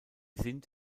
sind